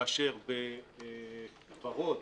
כאשר בוורוד